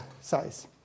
size